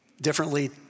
differently